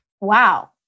Wow